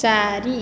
ଚାରି